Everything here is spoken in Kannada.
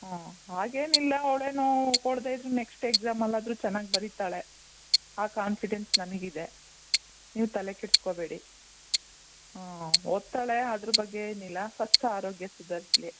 ಹ್ಞೂ ಹಾಗೇನಿಲ್ಲ ಅವಳೇನೂ ಕೊಡದೆ ಇದ್ದರೂ ನೆಕ್ಸ್ಟ್ ಎಗ್ಸಾಮಲ್ಲಿ ಆದರೂ ಚೆನ್ನಾಗಿ ಬರಿತಾಳೆ ಆ ಕಾನ್ಫಿಡೆನ್ಸ್ ನನಗೆ ಇದೆ ನೀವು ತಲೆ ಕೆಡಿಸ್ಕೊಬೇಡಿ ಹಾಂ ಓದ್ತಾಳೆ ಅದ್ರ ಬಗ್ಗೆ ಏನಿಲ್ಲ ಫಸ್ಟ್ ಆರೋಗ್ಯ ಸುಧಾರಿಸ್ಲಿ